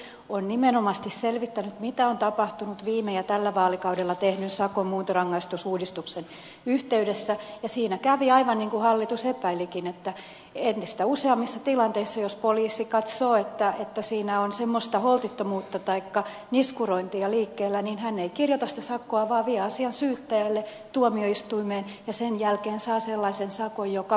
heli järvinen täällä viittasi on nimenomaisesti selvittänyt mitä on tapahtunut viime ja tällä vaalikaudella tehdyn sakon muuntorangaistusuudistuksen yhteydessä ja siinä selvityksessä kävi aivan niin kuin hallitus epäilikin että entistä useammissa tilanteissa jos poliisi katsoo että niissä on semmoista holtittomuutta taikka niskurointia liikkeellä hän ei kirjoita sitä sakkoa vaan vie asian syyttäjälle tuomioistuimeen ja sen jälkeen rikollinen saa sellaisen sakon joka muunnetaan